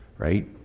right